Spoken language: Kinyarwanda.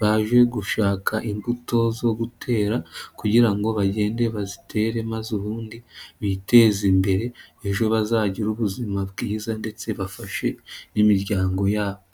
baje gushaka imbuto zo gutera kugira ngo bagende bazitere maze ubundi biteze imbere, ejo bazagire ubuzima bwiza ndetse bafashe imiryango yabo.